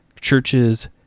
churches